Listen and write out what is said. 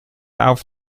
auf